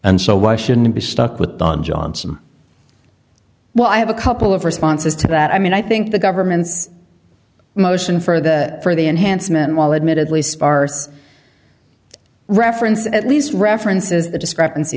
and so why shouldn't it be stuck with don johnson while i have a couple of responses to that i mean i think the government's motion for the for the enhancement while admittedly sparse reference at least references the discrepancy